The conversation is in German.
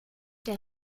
der